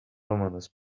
romanus